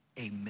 Amen